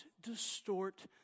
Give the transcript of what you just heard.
distort